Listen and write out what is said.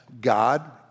God